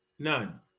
none